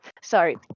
sorry